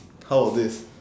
how about this